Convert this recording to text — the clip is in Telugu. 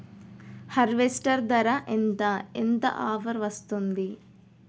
హార్వెస్టర్ ధర ఎంత ఎంత ఆఫర్ వస్తుంది?